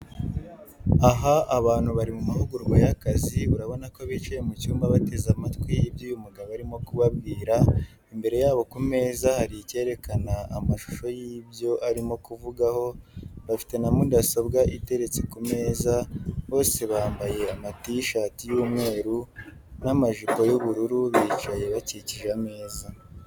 Aha abantu bari mumahugurwa yakazi urabona kobicaye mucyumba bateze amatwi ibyo uyu mugabo arimo kubabwira imbere yabo kumeze hari icyerekana amashusho yibyo arimo kuvugaho bafite namudasobwa iteretse kumeza bose bamabaye amatishati y,umweru namajipo yubururu bicaye bakikije ameze.